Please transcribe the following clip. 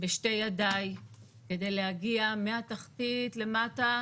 בשתי ידיי, כדי להגיע מהתחתית למטה